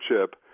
chip